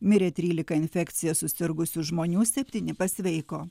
mirė trylika infekcija susirgusių žmonių septyni pasveiko